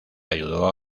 ayudó